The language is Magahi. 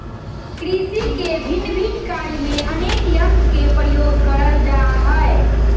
कृषि के भिन्न भिन्न कार्य में अनेक यंत्र के प्रयोग करल जा हई